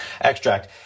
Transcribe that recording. extract